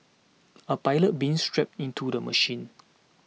a pilot being strapped into the machine